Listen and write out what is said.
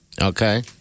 Okay